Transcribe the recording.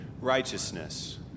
righteousness